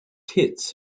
hits